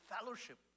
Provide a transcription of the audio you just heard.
fellowship